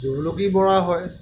জুলুকি মৰা হয়